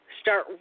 start